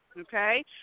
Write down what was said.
okay